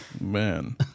man